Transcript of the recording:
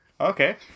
okay